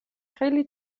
خیلی